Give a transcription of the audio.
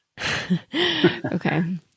Okay